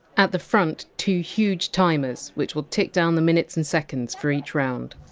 at the front, two huge timers, which will tick down the minutes and seconds for each round